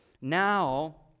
Now